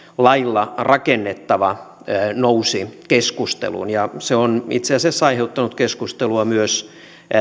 lailla rakennettava nousi keskusteluun ja se on itse asiassa aiheuttanut keskustelua myös